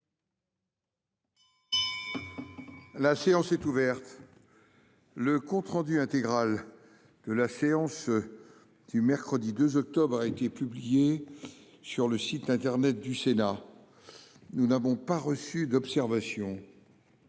La séance est ouverte. Le compte rendu intégral de la séance du mercredi 2 octobre 2024 a été publié sur le site internet du Sénat. Il n’y a pas d’observation